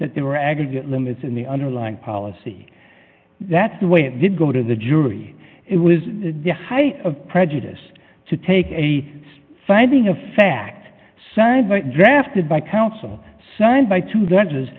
that they were aggregate limits in the underlying policy that's the way it did go to the jury it was the height of prejudice to take a finding of fact side drafted by counsel signed by two